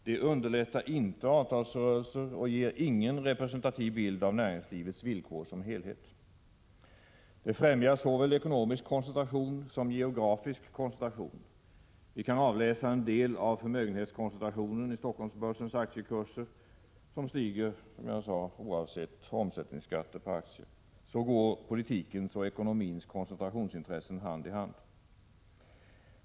Det underlättar inte avtalsrörelser och ger ingen representativ bild av näringslivets villkor som helhet. Det främjar såväl ekonomisk koncentration som geografisk koncentration. Vi kan avläsa en del av förmögenhetskoncentrationen i Stockholmbörsens aktiekurser, som stiger oavsett omsättningsskatter på aktier. Så går politikens och ekonomins koncentrationsintressen hand i hand.